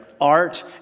art